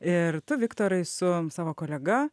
ir tu viktorai su savo kolega